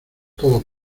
todos